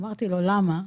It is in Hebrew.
שאלתי אותו: "למה?",